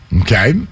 Okay